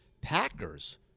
Packers